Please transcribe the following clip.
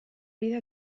vida